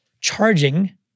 charging